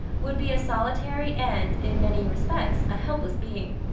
would be a solitary and, in many respects, a helpless being.